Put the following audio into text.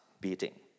beating